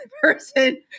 person